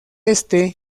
este